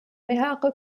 mehrere